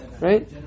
right